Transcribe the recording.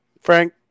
Frank